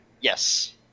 Yes